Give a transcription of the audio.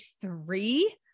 three